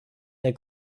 der